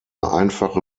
einfache